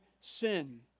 sin